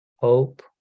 Hope